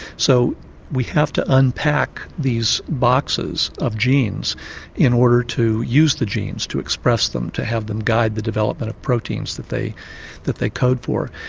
so we have to unpack these boxes of genes in order to use the genes, to express them, to have them guide the development of proteins that they that they code for.